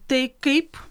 tai kaip